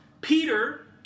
Peter